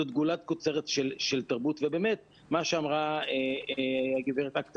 זו גולת כותרת של תרבות ובאמת מה שאמרה הגברת אקטע